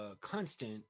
constant